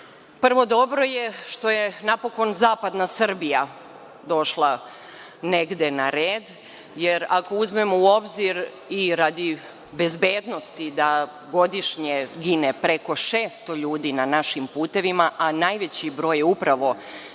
dobro je što je napokon zapadna Srbija došla negde na red, jer ako uzmemo u obzir i radi bezbednosti da godišnje gine preko 600 ljudi na našim putevima, a najveći broj je upravo